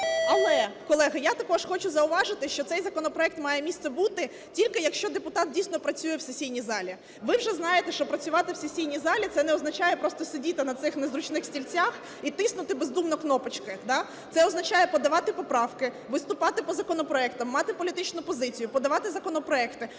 Але, колеги, я також хочу зауважити, що цей законопроект має місце бути тільки, якщо депутат дійсно працює в сесійній залі. Ви вже знаєте, працювати в сесійній залі це не означає, просто сидіти на цих незручних стільцях і тиснути бездумно кнопочкою. Да, це означає, подавати поправки, виступати по законопроектах, мати політичну позицію, подавати законопроекти.